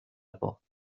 porte